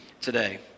today